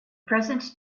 present